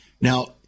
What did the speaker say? Now